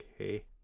Okay